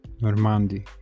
Normandy